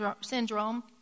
syndrome